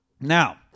now